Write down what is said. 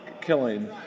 killing